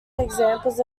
examples